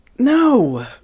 No